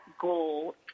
goal